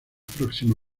próxima